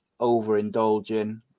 overindulging